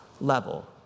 level